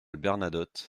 bernadotte